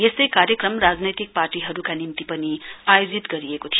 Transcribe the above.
यस्तै कार्यक्रम राजनैतिक पार्टीहरुका निम्ति आयोजित गरिएको थियो